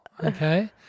Okay